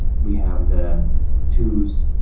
we have the tools